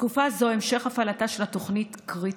בתקופה זו המשך הפעלתה של התוכנית קריטית.